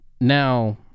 Now